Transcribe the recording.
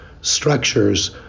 structures